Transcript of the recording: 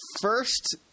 First